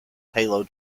halo